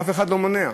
אף אחד לא מונע.